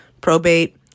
probate